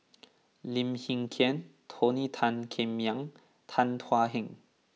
Lim Hng Kiang Tony Tan Keng Yam Tan Thuan Heng